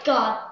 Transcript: God